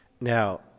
Now